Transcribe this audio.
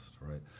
right